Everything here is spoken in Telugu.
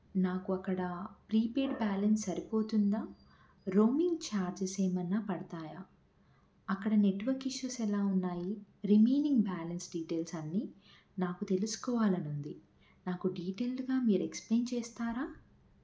నాకు అక్కడ ప్రీపెయిడ్ బ్యాలెన్స్ సరిపోతుందా రోమింగ్ ఛార్జెస్ ఏమైన్నా పడతాయా అక్కడ నెట్వర్క్ ఇష్యూస్ ఎలా ఉన్నాయి రిమైనింగ్ బ్యాలెన్స్ డీటెయిల్స్ అన్ని నాకు తెలుసుకోవాలని ఉంది నాకు డీటెయిల్గా మీరు ఎక్స్ప్లయిన్ చేస్తారా